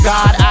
God